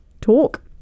talk